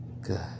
Good